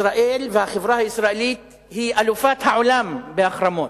ישראל, החברה הישראלית היא אלופת העולם בהחרמות.